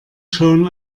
schon